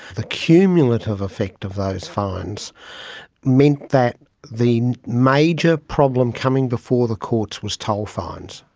the cumulative effect of those fines meant that the major problem coming before the courts was toll fines,